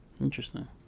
Interesting